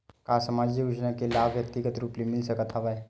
का सामाजिक योजना के लाभ व्यक्तिगत रूप ले मिल सकत हवय?